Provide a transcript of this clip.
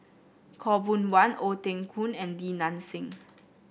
Khaw Boon Wan Ong Teng Koon and Li Nanxing